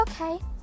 okay